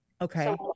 Okay